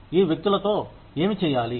ఈ వ్యక్తులతో ఏమి చేయాలి